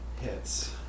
hits